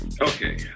Okay